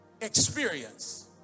experience